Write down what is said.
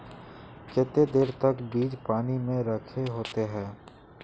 केते देर तक बीज पानी में रखे होते हैं?